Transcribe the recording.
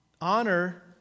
Honor